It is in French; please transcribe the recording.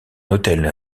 hôtel